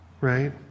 right